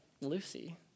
Lucy